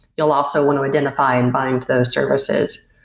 you'll also want to identity and binding to those services,